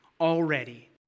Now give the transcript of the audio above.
already